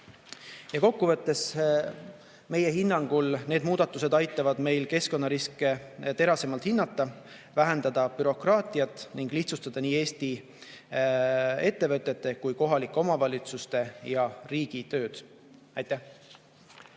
Kokku võttes meie hinnangul need muudatused aitavad meil keskkonnariske terasemalt hinnata, vähendada bürokraatiat ning lihtsustada nii Eesti ettevõtjate kui ka kohalike omavalitsuste ja riigi tööd. Aitäh!